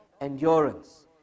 endurance